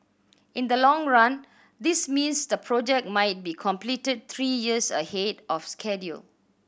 in the long run this means the project might be completed three years ahead of schedule